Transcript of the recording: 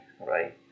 right